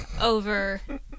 over